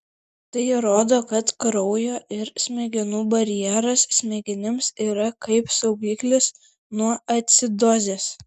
tai rodo kad kraujo ir smegenų barjeras smegenims yra kaip saugiklis nuo acidozės